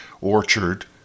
Orchard